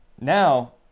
now